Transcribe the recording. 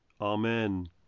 Amen